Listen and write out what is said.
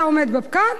אתה עומד בפקק,